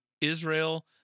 Israel